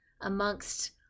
amongst